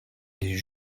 les